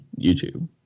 YouTube